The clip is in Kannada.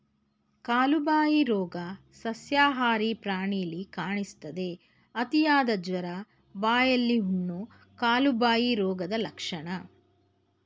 ಕಾಲುಬಾಯಿ ರೋಗ ಸಸ್ಯಾಹಾರಿ ಪ್ರಾಣಿಲಿ ಕಾಣಿಸ್ತದೆ, ಅತಿಯಾದ ಜ್ವರ, ಬಾಯಿಲಿ ಹುಣ್ಣು, ಕಾಲುಬಾಯಿ ರೋಗದ್ ಲಕ್ಷಣ